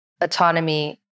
autonomy